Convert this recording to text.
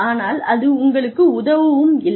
ஆனால் அது உங்களுக்கு உதவவும் இல்லை